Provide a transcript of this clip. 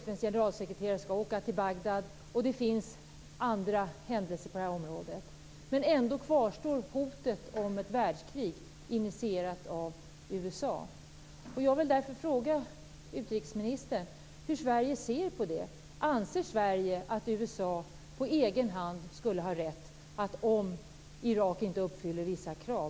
FN:s generalsekreterare skall åka till Bagdad, och det händer även annat på det här området. Ändå kvarstår hotet om ett världskrig, initierat av USA. Jag vill fråga utrikesministern hur Sverige ser på detta. Anser Sverige att USA på egen hand skulle ha rätt att starta krig om Irak inte uppfyller vissa krav?